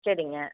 சரிங்க